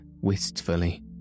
wistfully